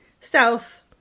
South